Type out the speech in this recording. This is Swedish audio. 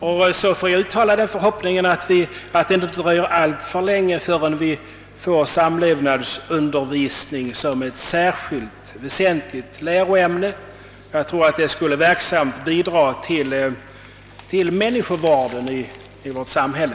Jag vill också uttala den förhoppningen att det inte dröjer alltför länge innan vi får samlevnadsundervisning som ett särskilt, väsentligt läroämne. Jag tror att det skulle verksamt bidra till människovården i vårt samhälle.